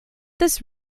this